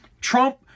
Trump